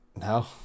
No